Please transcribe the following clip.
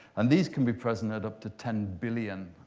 and these can be present at up to ten billion